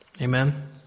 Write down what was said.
Amen